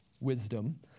wisdom